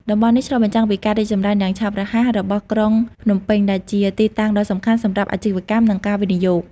តំបន់នេះឆ្លុះបញ្ចាំងពីការរីកចម្រើនយ៉ាងឆាប់រហ័សរបស់ក្រុងភ្នំពេញ ដែលជាទីតាំងដ៏សំខាន់សម្រាប់អាជីវកម្ម និងការវិនិយោគ។